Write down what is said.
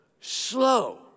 slow